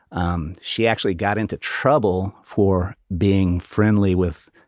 um she actually got into trouble for being friendly with.